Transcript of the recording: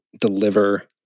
deliver